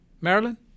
Marilyn